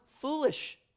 foolish